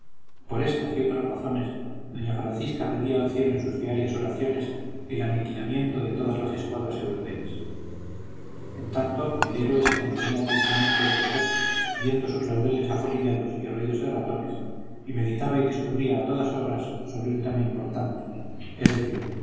por éstas y otras razones doña francisca pedía al cielo en sus diarias oraciones el aniquilamiento de todas las escuadras europeas en tanto el héroe se consumía tristemente en vejer viendo sus laureles apolillados y roídos de y meditaba y discurría a todas horas sobre un tema importante es decir